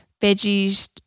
veggies